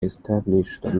established